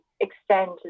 extend